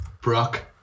Brock